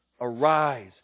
Arise